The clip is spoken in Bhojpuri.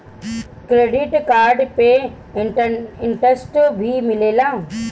क्रेडिट कार्ड पे इंटरेस्ट भी लागेला?